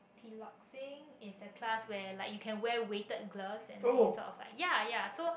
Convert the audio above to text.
piloxing is the class where like you can wear weighted gloves and like you sort of like ya ya so